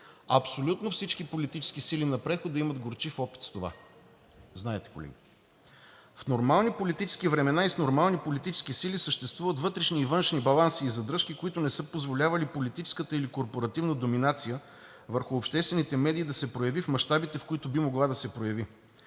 Абсолютно всички политически сили на прехода имат горчив опит с това, знаете, колеги. В нормални политически времена и с нормални политически сили съществуват вътрешни и външни баланси и задръжки, които не са позволявали политическата или корпоративната доминация върху обществените медии да се прояви в мащабите, в които би могла да се прояви.